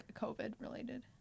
COVID-related